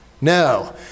No